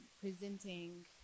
presenting